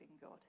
God